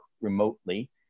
remotely